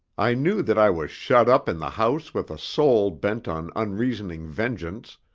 i knew that i was shut up in the house with a soul bent on unreasoning vengeance,